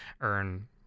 earn